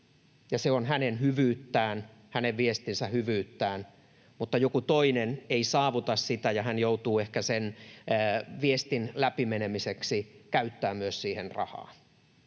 hänen viestinsä hyvyyttä, mutta joku toinen ei saavuta sitä, ja hän joutuu ehkä viestin läpimenemiseksi käyttämään siihen myös rahaa.